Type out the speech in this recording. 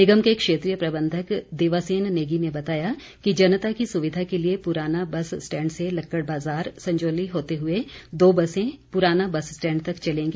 निगम के क्षेत्रीय प्रबंधक देवासेन नेगी ने बताया कि जनता की सुविधा के लिए पुराना बस स्टैंड से लक्कड़ बाजार संजौली होते हुए दो बसें पुराना बस स्टैंड तक चलेंगी